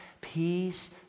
peace